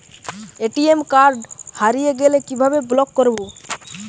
ATM card হারিয়ে গেলে কিভাবে ব্লক করবো?